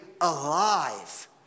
alive